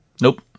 nope